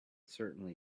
certainly